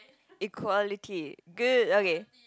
equality good okay